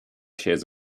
shares